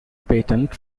patent